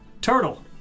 Turtle